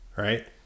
Right